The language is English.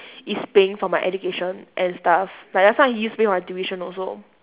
is paying for my education and stuff like last time he use to pay my tuition also